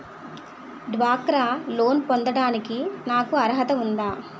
డ్వాక్రా లోన్ పొందటానికి నాకు అర్హత ఉందా?